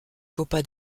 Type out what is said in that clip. copa